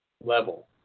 level